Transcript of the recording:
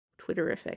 Twitterific